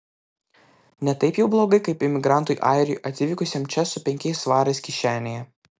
ne taip jau blogai kaip imigrantui airiui atvykusiam čia su penkiais svarais kišenėje